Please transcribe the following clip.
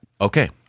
Okay